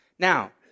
Now